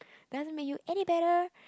doesn't make you any better